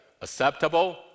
acceptable